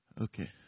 Okay